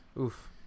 Oof